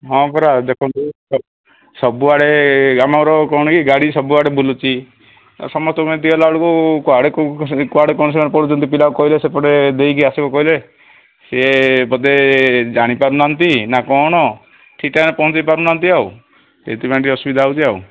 ହଁ ପରା ଦେଖନ୍ତୁ ସବୁଆଡ଼େ ଆମର କ'ଣ କି ଗାଡ଼ି ସବୁଆଡ଼େ ବୁଲୁଛି ସମସ୍ତ ପାଇଁ ହେଲାବେଳକୁ କୁଆଡ଼େ କୁଆଡ଼େ କ'ଣ ସେମାନେ ପଳାଉଛନ୍ତି ପିଲାକୁ କହିଲେ ସେପଟେ ଦେଇକି ଆସିବ କହିଲେ ସିଏ ବୋଧେ ଜଣିପାରୁନାହାନ୍ତି ନା କ'ଣ ଠିକ୍ ଟାଇମ୍ରେ ପହଞ୍ଚାଇ ପାରୁନାହାନ୍ତି ଆଉ ସେଇଥିପାଇଁ ଟିକେ ଅସୁବିଧା ହେଉଛି ଆଉ